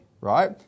right